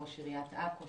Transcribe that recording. ראש עיריית עכו,